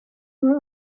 were